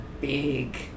big